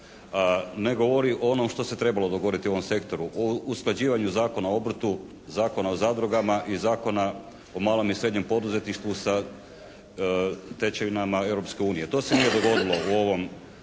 ne govori o onom što se trebalo govoriti u ovom sektoru, o usklađivanju Zakona o obrtu, Zakona o zadrugama i Zakona o malom i srednjem poduzetništvu sa stečevina Europske unije. To se nije dogodilo u ovom